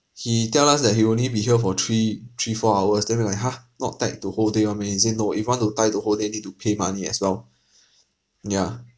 he tell us that he'll only be here for three three four hours then we're like !huh! not tied to whole day [one] meh he say no if we want to tie to whole day need to pay money as well mm yeah